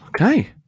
Okay